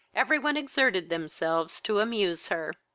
every one exerted themselves to amuse her.